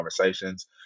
conversations